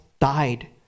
died